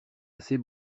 assez